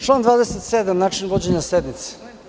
Član 27. način vođenja sednice.